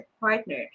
partner